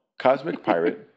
Cosmicpirate